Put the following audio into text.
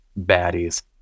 baddies